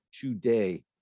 today